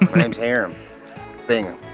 my name is hiram bingham.